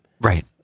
Right